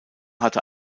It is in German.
hatte